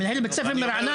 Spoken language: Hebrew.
מנהל בית ספר מרעננה,